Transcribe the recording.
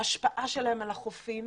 ההשפעה שלהן על החופים